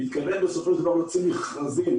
מוציאים מכרזים